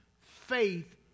faith